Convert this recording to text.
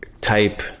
type